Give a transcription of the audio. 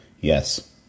Yes